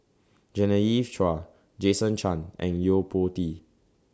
Genevieve Chua Jason Chan and Yo Po Tee